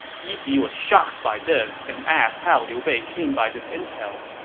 yi ji was shocked by this and asked how liu bei came by this intel,